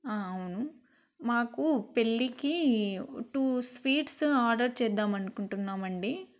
అవును మాకు పెళ్ళికి టూ స్వీట్స్ ఆర్డర్ చేద్దామనుకుంటున్నామండి